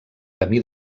camí